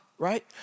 right